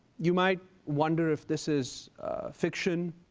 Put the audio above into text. you might wonder if this is fiction.